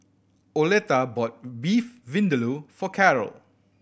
Oleta bought Beef Vindaloo for Carroll